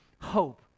hope